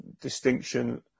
distinction